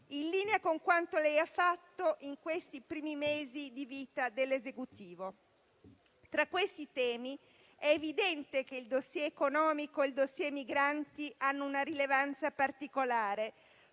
in linea con quanto lei ha fatto in questi primi mesi di vita dell'Esecutivo. Tra questi temi è evidente che il *dossier* economico e il *dossier* migranti hanno una rilevanza particolare,